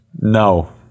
No